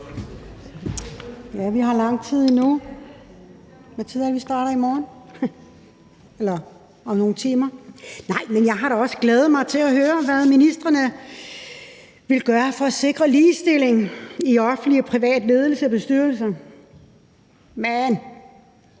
vi har lang tid endnu. Hvad tid er det, vi starter i morgen – eller om nogle timer? Jeg har da også glædet mig til at høre, hvad ministrene vil gøre for at sikre ligestilling i offentlige og private ledelser og bestyrelser. Men